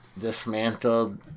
dismantled